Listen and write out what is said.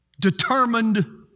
determined